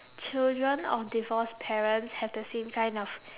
children of divorced parents have the same kind of